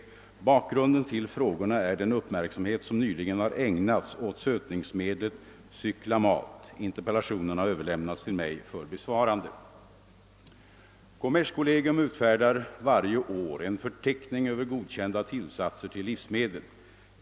Bakgrunden till frågorna är den uppmärksamhet som nyligen har ägnats åt sötningsmedlet cyklamat. Interpellationen har överlämnats till mig för besvarande. Kommerskollegium utfärdar varje år en förteckning över godkända tillsatser till livsmedel.